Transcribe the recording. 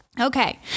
Okay